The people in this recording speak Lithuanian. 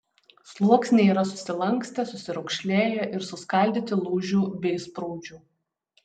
sluoksniai yra susilankstę susiraukšlėję ir suskaldyti lūžių bei sprūdžių